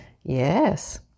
yes